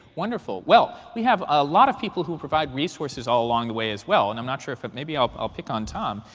wonderful. well, we have a lot of people who provide resources all along the way, as well. and i'm not sure if if maybe i'll i'll pick on tom.